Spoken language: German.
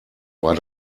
war